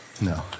no